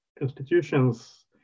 institutions